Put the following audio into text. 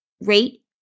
rate